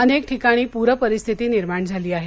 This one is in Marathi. अनेक ठिकाणी पूर परिस्थिती निर्माण झाली आहे